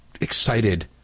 excited